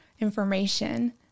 information